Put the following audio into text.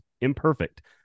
imperfect